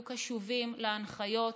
יהיו קשובים להנחיות.